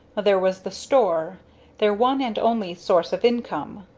there was the store their one and only source of income.